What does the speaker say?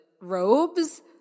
robes